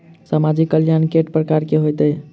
सामाजिक कल्याण केट प्रकार केँ होइ है?